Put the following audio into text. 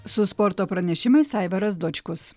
su sporto pranešimais aivaras dočkus